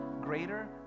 greater